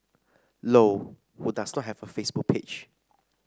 low who does not have a Facebook page